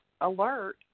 alert